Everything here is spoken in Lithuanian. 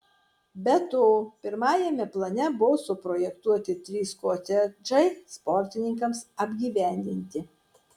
be to pirmajame plane buvo suprojektuoti trys kotedžai sportininkams apgyvendinti